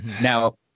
Now